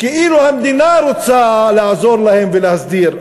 שכאילו הממשלה רוצה לעזור להם ולהסדיר.